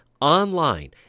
online